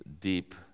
deep